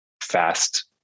fast